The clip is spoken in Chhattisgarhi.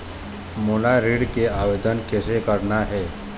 मोला ऋण के आवेदन कैसे करना हे?